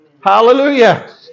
Hallelujah